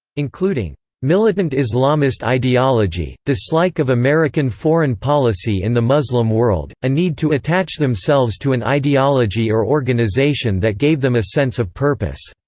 including militant islamist ideology dislike of american foreign policy in the muslim world a need to attach themselves to an ideology or organization that gave them a sense of purpose